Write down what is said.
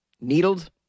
Needled